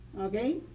okay